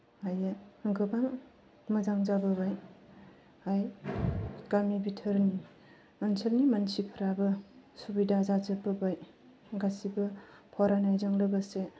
हायो गोबां मोजां जाबोबाय गामि बिथोरनि ओनसोलनि मानसिफोराबो सुबिदा जाजोब्बोबाय गासिबो फरायनायजों लोगोसे